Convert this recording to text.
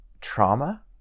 trauma